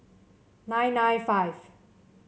nine nine five